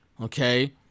okay